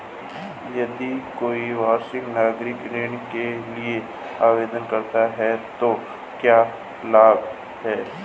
यदि कोई वरिष्ठ नागरिक ऋण के लिए आवेदन करता है तो क्या लाभ हैं?